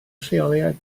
lleoliad